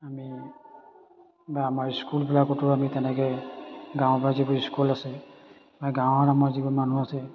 আমি বা আমাৰ স্কুলবিলাকতো আমি তেনেকৈ গাঁৱৰ পৰা যিবোৰ স্কুল আছে বা গাঁৱত আমাৰ যিবোৰ মানুহ আছে